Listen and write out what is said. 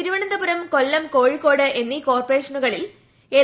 തിരുവനന്തപുരം കൊല്ലം കോഴിക്കോട് എന്നീ കോർപറേഷനുകളിൽ എൽ